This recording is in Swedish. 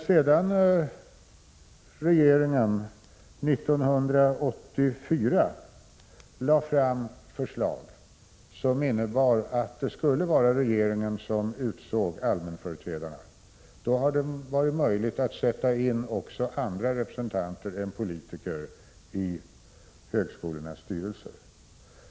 Sedan regeringen 1984 lagt fram förslag om att det skulle vara regeringen som utsåg allmänföreträdare, har det varit möjligt att sätta in också andra representanter än politiker i högskolornas styrelser.